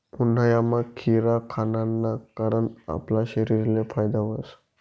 उन्हायामा खीरा खावाना कारण आपला शरीरले फायदा व्हस